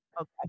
Okay